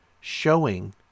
showing